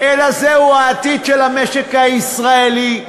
אלא זהו העתיד של המשק הישראלי,